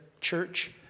church